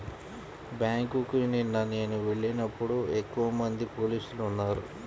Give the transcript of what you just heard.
బ్యేంకుకి నిన్న నేను వెళ్ళినప్పుడు ఎక్కువమంది పోలీసులు ఉన్నారు